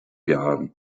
jahren